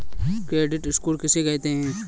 Credit score किसे कहते हैं?